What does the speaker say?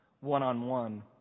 one-on-one